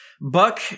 Buck